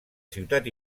ciutat